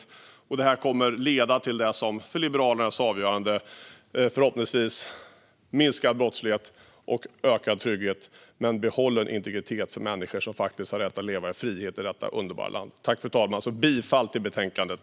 Detta kommer förhoppningsvis att leda till det som är avgörande för Liberalerna, nämligen minskad brottslighet och ökad trygghet med bibehållen integritet för människor som faktiskt har rätt att leva i frihet i detta underbara land. Fru talman! Jag yrkar bifall till utskottets förslag i betänkandet.